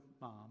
mom